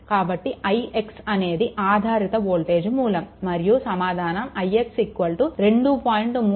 కాబట్టి ix అనేది ఆధారిత వోల్టేజ్ మూలం మరియు సమాధానం ix 2